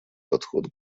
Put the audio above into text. подход